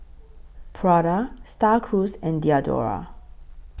Prada STAR Cruise and Diadora